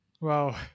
Wow